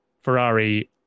ferrari